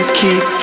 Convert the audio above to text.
keep